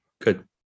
good